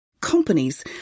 companies